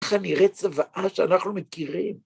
ככה נראית צווואה שאנחנו מכירים.